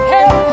Hey